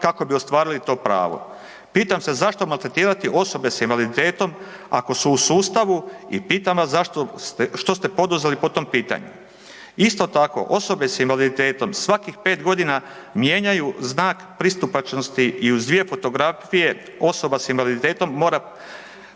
kako bi ostvarili to pravo. Pitam se zašto maltretirati osobe s invaliditetom ako su u sustavu i pitam vas što ste poduzeli po tom pitanju? Isto tako, osobe s invaliditetom svakih 5 godina mijenjaju znak pristupačnosti i uz dvije fotografije osoba s invaliditetom mora